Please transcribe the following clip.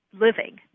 Living